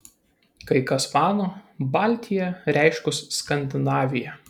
kai kas mano baltia reiškus skandinaviją